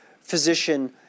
physician